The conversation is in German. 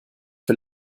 für